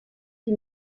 die